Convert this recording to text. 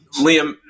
Liam